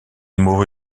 mourut